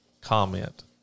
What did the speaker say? comment